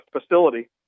facility